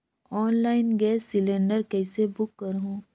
Online gas cylinder कइसे book करहु?